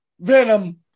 Venom